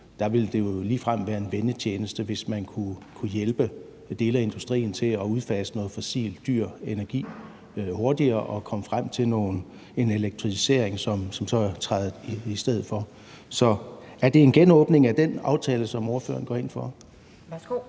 Der ville det jo ligefrem være en vennetjeneste, hvis man kunne hjælpe dele af industrien med at udfase noget dyr fossil energi hurtigere og med at komme frem til en elektrificering, som så træder i stedet for. Så går ordføreren ind for en genåbning af den aftale? Kl. 12:16 Anden